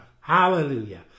Hallelujah